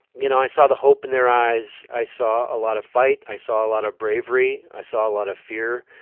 you know, i saw the hope in their eyes. i saw a lot of fight. i saw a lot of bravery. i saw a lot of fear.